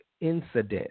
Incident